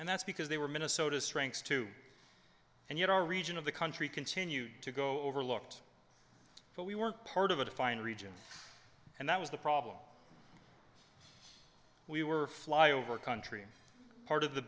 and that's because they were minnesota strengths too and yet our region of the country continued to go overlooked but we weren't part of a defined region and that was the problem we were fly over country part of the